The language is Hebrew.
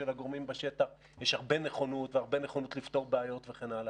של הגורמים יש הרבה נכונות והרבה נכונות לפתור בעיות וכן הלאה.